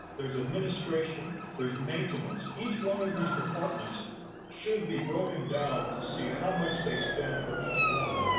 there's administration, there's maintenance, each one of these departments should be broken down to see how much they spend for each one.